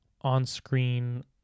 on-screen